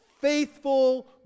faithful